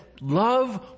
Love